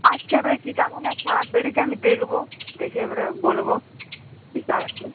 আচ্ছা এবার কী কারণে খারাপ বেরিয়েছে আমি দেখব দেখে এবার বলব কী কারণে